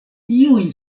iujn